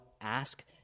ask